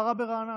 מה רע ברעננה?